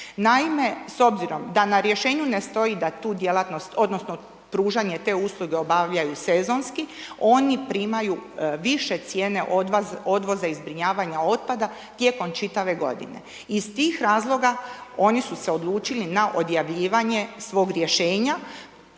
Naime, s obzirom da na rješenju ne stoji da tu djelatnost odnosno pružanje te usluge obavljaju sezonski oni primaju više cijene odvoza i zbrinjavanja otpada tijekom čitave godine. Iz tih razloga oni su se odlučili na odjavljivanje svog rješenja,